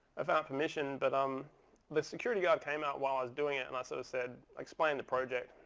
i found permission. but um the security guard came out while i was doing it. and i so said, explain the project.